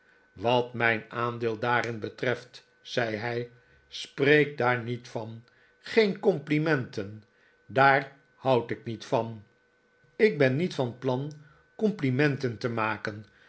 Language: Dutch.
vrwat mijn aandeel daafih betreft zei hij sp reek daar niet van geen complimenten daar houd ik njet van ik ben niet van ptsm cqmplimenten te maken